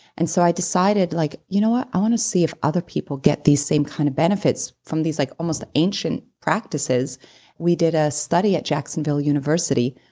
and so i decided like, you know what, i want to see if other people get these same kind of benefits from these like almost ancient practices we did a study at jacksonville university,